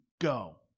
go